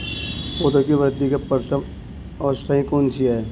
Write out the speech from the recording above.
पौधों की वृद्धि की प्रथम अवस्था कौन सी है?